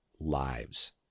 lives